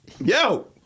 Yo